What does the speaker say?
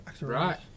Right